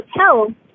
hotel